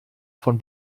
von